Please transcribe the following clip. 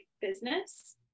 business